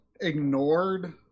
ignored